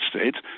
States